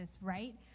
right